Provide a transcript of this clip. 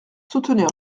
soutenir